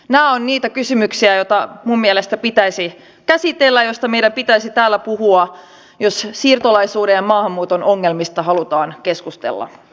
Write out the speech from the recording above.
nämä ovat niitä kysymyksiä joita minun mielestäni pitäisi käsitellä joista meidän pitäisi täällä puhua jos siirtolaisuuden ja maahanmuuton ongelmista halutaan keskustella